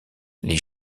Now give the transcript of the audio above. les